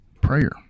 prayer